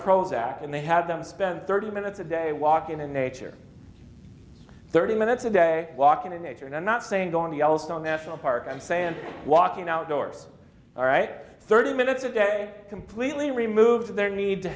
that and they had them spend thirty minutes a day walking in nature thirty minutes a day walking in nature and i'm not saying go on the aisles on national park i'm saying walking outdoors all right thirty minutes a day completely remove their need to